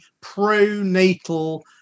pro-natal